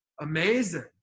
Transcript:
amazing